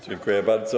Dziękuję bardzo.